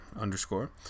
underscore